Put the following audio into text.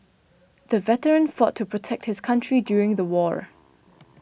the veteran fought to protect his country during the war